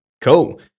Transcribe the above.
Cool